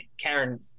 Karen